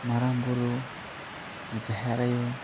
ᱢᱟᱨᱟᱝ ᱵᱳᱨᱳ ᱡᱟᱦᱮᱨ ᱟᱭᱚ